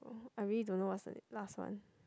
I really don't know what's the last one